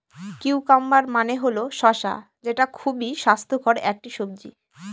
cucumber মানে হল শসা যেটা খুবই স্বাস্থ্যকর একটি সবজি